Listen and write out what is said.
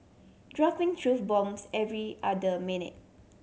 dropping truth bombs every other minute